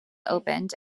opened